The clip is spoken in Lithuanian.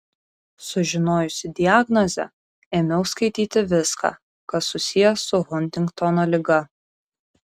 sužinojusi diagnozę ėmiau skaityti viską kas susiję su huntingtono liga